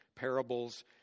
parables